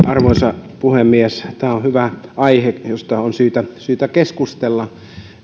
arvoisa puhemies tämä on hyvä aihe josta on syytä syytä keskustella